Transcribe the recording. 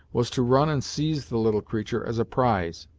was to run and seize the little creature as a prize,